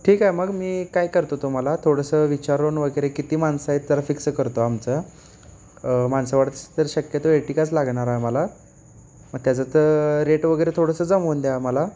ठीक आहे मग मी काय करतो तुम्हाला थोडंसं विचारून वगैरे किती माणसं आहेत जरा फिक्स करतो आमचं माणसं वाढत तर शक्यतो एर्टिकाच लागणार आहे आम्हाला मग त्याचं तर रेट वगैरे थोडंसं जमवून द्या आम्हाला